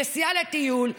נסיעה לטיול,